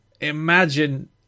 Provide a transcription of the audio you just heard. Imagine